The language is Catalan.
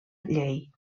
llei